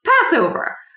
Passover